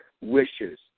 wishes